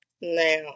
Now